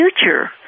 future